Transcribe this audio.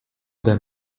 then